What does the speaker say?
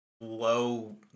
low